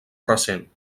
recent